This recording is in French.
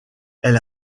elle